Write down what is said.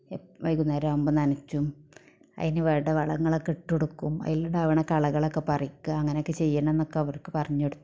A വൈകുന്നേരം ആവുമ്പോൾ നനച്ചും അതിന് വേണ്ട വളങ്ങളൊക്കെ ഇട്ടുകൊടുക്കും അതിൽ ഉണ്ടാവുന്ന കളകളൊക്കെ പറിക്കുക അങ്ങനെയൊക്കെ ചെയ്യണമെന്ന് ഒക്കെ അവർക്ക് പറഞ്ഞുകൊടുത്തു